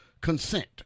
consent